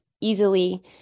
easily